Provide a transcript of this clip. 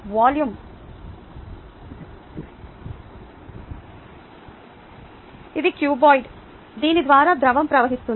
volume ∆V ∆x ∆y ∆z ఇది cuboid దీని ద్వారా ద్రవం ప్రవహిస్తుంది